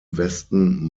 westen